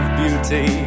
beauty